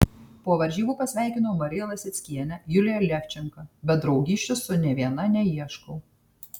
po varžybų pasveikinau mariją lasickienę juliją levčenką bet draugysčių su nė viena neieškau